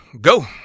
go